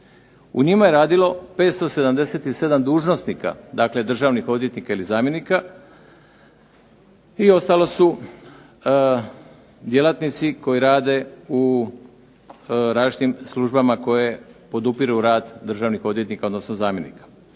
U njima je radilo 577 dužnosnika, dakle državnih odvjetnika ili zamjenika i ostalo su djelatnici koji rade u različitim službama koje podupiru rad državnih odvjetnika, odnosno zamjenika.